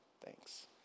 Thanks